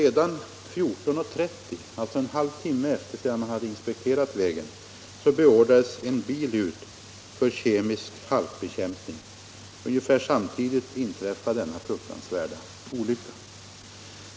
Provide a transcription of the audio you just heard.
14.30 —- alltså en halv timme efter det att man hade inspekterat vägen — beordrades en bil ut för kemisk halkbekämpning. Ungefär samtidigt inträffade den fruktansvärda olyckan.